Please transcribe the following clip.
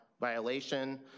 violation